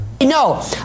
No